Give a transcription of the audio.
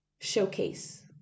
showcase